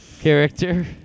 character